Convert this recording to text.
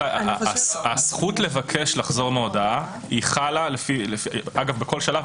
הזכות לבקש לחזור מהודאה חלה בכל שלב.